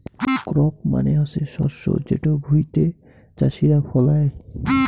crop মানে হসে শস্য যেটো ভুঁইতে চাষীরা ফলাই